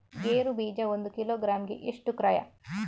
ಗೇರು ಬೀಜ ಒಂದು ಕಿಲೋಗ್ರಾಂ ಗೆ ಎಷ್ಟು ಕ್ರಯ?